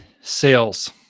Sales